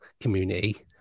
community